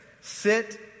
sit